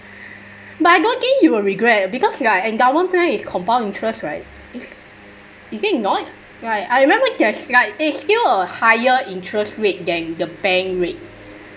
but I don't think you will regret because like endowment plan is compound interest right is it not right I remember there's like it's still a higher interest rate than the bank rate